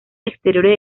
exteriores